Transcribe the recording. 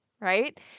right